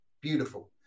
beautiful